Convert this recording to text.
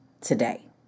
today